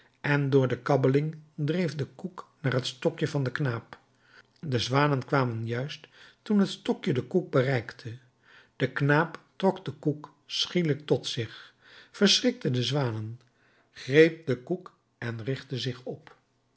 en door de kabbeling dreef de koek naar het stokje van den knaap de zwanen kwamen juist toen het stokje den koek bereikte de knaap trok den koek schielijk tot zich verschrikte de zwanen greep den koek en richtte zich op